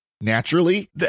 naturally